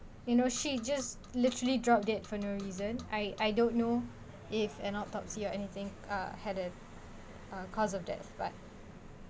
you know she just literally drop dead for no reason I I don't know if an autopsy or anything uh had it uh cause of death but